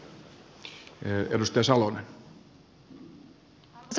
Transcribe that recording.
arvoisa puhemies